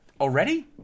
Already